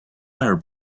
are